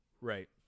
Right